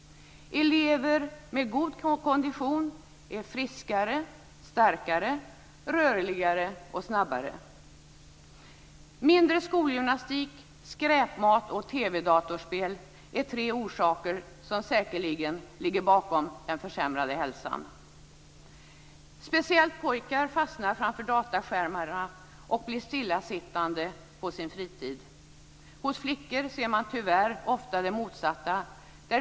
Elever med god kondition är friskare, starkare, rörligare och snabbare. datorspel är tre orsaker som säkerligen ligger bakom den försämrade hälsan. Speciellt pojkar fastnar framför datorskärmarna och blir stillasittande på sin fritid. Hos flickor ser man tyvärr ofta det motsatta.